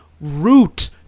root